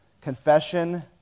Confession